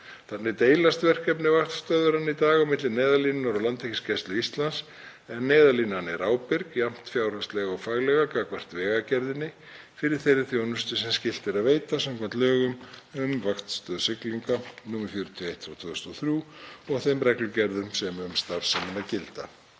Þannig deilast verkefni vaktstöðvarinnar í dag milli Neyðarlínunnar og Landhelgisgæslu Íslands, en Neyðarlínan er ábyrg, jafnt fjárhagslega og faglega, gagnvart Vegagerðinni fyrir þeirri þjónustu sem skylt er að veita samkvæmt lögum um vaktstöð siglinga, nr. 41/2003, og þeim reglugerðum sem um starfsemina gilda.